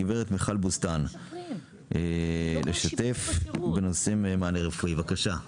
הגברת מיכל בוסתן תשתף בנושא מענה רפואי, בבקשה.